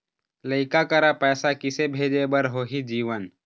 लइका करा पैसा किसे भेजे बार होही जीवन